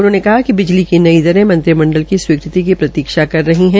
उन्होंने कहा कि बिजली की नई दरे मंत्रिमंडल की स्वीकृति की प्रतीक्षा कर रही है